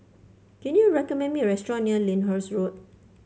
can you recommend me a restaurant near Lyndhurst Road